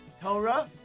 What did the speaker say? Torah